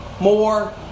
more